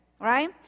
right